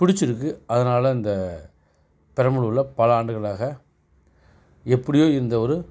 பிடிச்சிருக்கு அதனால் அந்த பெரம்பலூரில் பல ஆண்டுகளாக எப்படியும் இந்த ஒரு